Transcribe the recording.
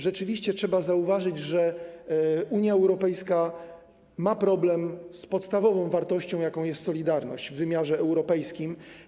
Rzeczywiście trzeba zauważyć, że Unia Europejska ma problem z podstawową wartością, jaką jest solidarność w wymiarze europejskim.